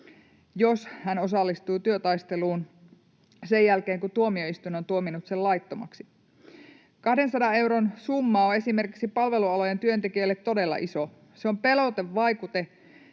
jos hän osallistuu työtaisteluun sen jälkeen, kun tuomioistuin on tuominnut sen laittomaksi. 200 euron summa on esimerkiksi palvelualojen työntekijälle todella iso. Se on pelotevaikute,